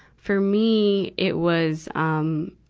for me, it was, um,